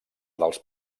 dels